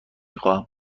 خواهم